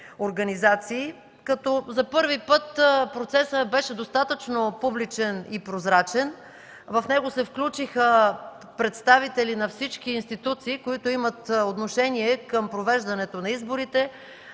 за първи път процесът беше достатъчно публичен и прозрачен. В него се включиха представители на всички институции, които имат отношение към провеждането на изборите,